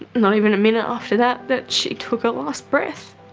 not even a minute after that that she took her last breath.